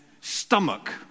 stomach